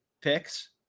picks